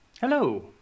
Hello